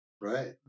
right